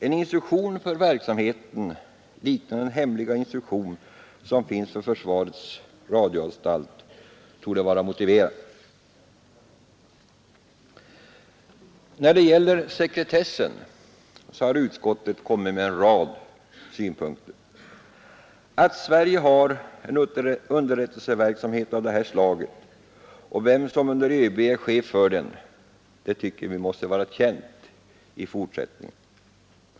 En instruktion för verksamheten, liknande den hemliga instruktion som finns för försvarets radioanstalt, borde vara motiverad. När det gäller sekretessen har utskottet kommit med en rad synpunkter. Att Sverige har en underrättelseverksamhet av det här slaget och vem som under ÖB är chef för den, det tycker vi måste vara känt i fortsättningen.